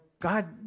God